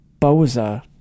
Boza